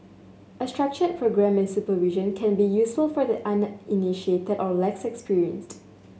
a structured programme and supervision can be useful for the uninitiated or less experienced